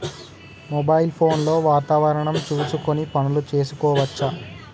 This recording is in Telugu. మొబైల్ ఫోన్ లో వాతావరణం చూసుకొని పనులు చేసుకోవచ్చా?